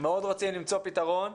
מאוד רוצים למצוא פתרון.